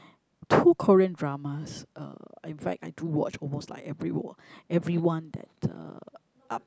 two Korean dramas uh in fact I do watch almost like every everyone that uh up